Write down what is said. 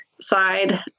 side